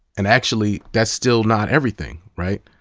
and actually that's still not everything, right?